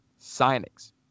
signings